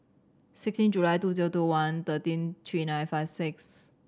sixteen July two zero two one thirteen three nine five six